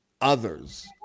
others